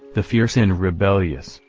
the fierce and rebellious,